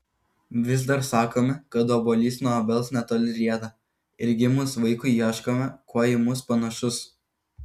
vis dar sakome kad obuolys nuo obels netoli rieda ir gimus vaikui ieškome kuo į mus panašus